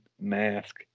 mask